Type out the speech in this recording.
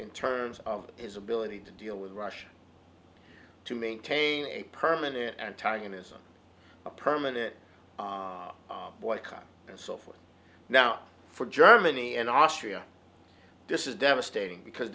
in terms of his ability to deal with russia to maintain a permanent antagonism a permanent boycott and so forth now for germany and austria this is devastating because